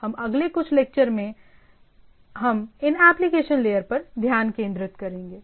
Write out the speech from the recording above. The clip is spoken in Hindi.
हम अगले कुछ लेक्चर मे हम इन एप्लीकेशन लेयर पर ध्यान केंद्रित करेंगे